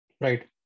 Right